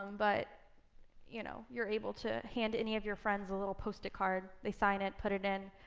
but you know you're able to hand any of your friends a little post-it card. they sign it, put it in,